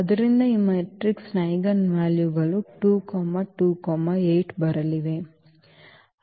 ಆದ್ದರಿಂದ ಈ ಮ್ಯಾಟ್ರಿಕ್ಸ್ನ ಐಜೆನ್ ವ್ಯಾಲ್ಯೂಗಳು 2 2 ಮತ್ತು 8 ಬರಲಿವೆ